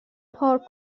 پارک